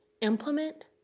Implement